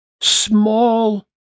small